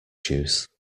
juice